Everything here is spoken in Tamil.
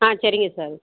ஆ சரிங்க சார்